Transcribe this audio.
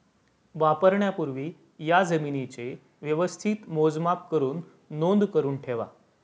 वापरण्यापूर्वी या जमीनेचे व्यवस्थित मोजमाप करुन नोंद करुन ठेवा